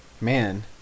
Man